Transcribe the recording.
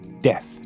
death